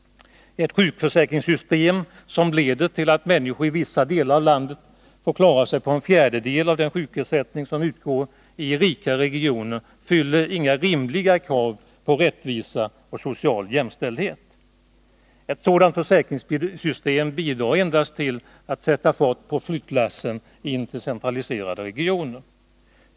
Ett sjukförsäkringssystem, som leder till att människor i vissa delar av landet får klara sig på en fjärdedel av den sjukersättning som utgår i rikare regioner, fyller inga rimliga krav på rättvisa och social jämställdhet. Ett sådant försäkringssystem bidrar endast till att sätta fart på flyttlassen in till centraliserade regioner.